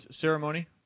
Ceremony